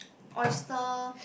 oyster